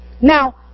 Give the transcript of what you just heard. Now